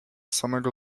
samego